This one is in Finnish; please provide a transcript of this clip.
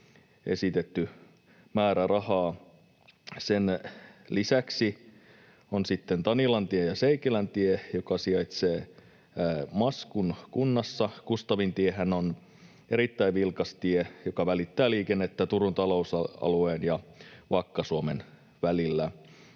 esitetty määrärahaa. Sen lisäksi ovat sitten Tanilantie ja Seikeläntie, jotka sijaitsevat Maskun kunnassa. Kustavintiehän on erittäin vilkas tie, joka välittää liikennettä Turun talousalueen ja Vakka-Suomen välillä.